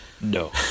No